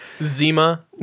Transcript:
Zima